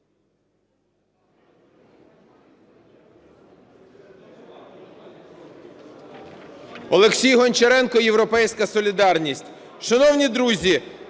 Олексій Гончаренко, "Європейська солідарність".